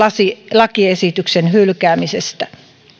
lakiesityksen hylkäämisestä